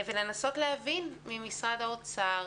ולנסות להבין ממשרד האוצר